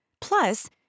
plus